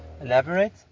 elaborate